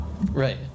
Right